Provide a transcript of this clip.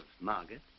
Margaret